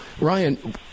Ryan